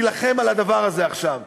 נילחם על הדבר הזה עכשיו.